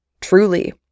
Truly